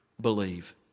believe